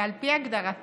ועל פי הגדרתה,